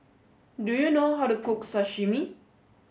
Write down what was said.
do you know how to cook Sashimi